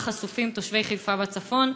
שלה חשופים תושבי חיפה והצפון?